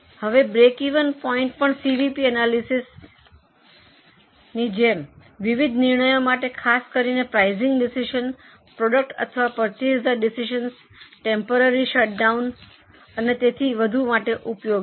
હવે breakeven point પણ CVP એનાલિસિસની જેમ વિવિધ નિર્ણયો માટે ખાસ કરીને પ્રાઇસીંગના ડિસિસિઅન પ્રોડક્ટ અથવા પરચેસના ડિસિસિઅન ટેમ્પોરરી શટડાઉન ડિસિસિઅન અને તેથી વધુ માટે ઉપયોગી છે